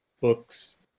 books